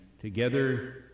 together